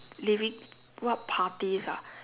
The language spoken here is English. leaving what parties ah